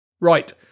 Right